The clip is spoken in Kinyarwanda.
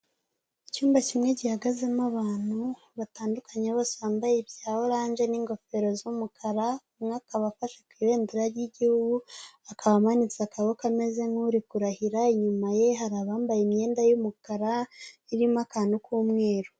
Icyumba kimwe gihagazemo abantu batandukanye bose bambaye ibya orange n'ingofero z'umukara, umwe akaba afashe ku ibendera ry'igihugu, akaba amanitse akaboko ameze nk'uri kurahira, inyuma ye hari abambaye imyenda y'umukara irimo akantu k'umweru.